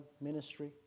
ministry